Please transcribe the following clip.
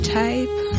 type